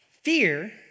fear